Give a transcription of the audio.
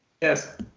Yes